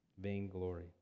vainglory